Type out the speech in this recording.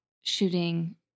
shooting